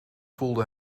voelde